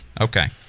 Okay